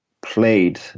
played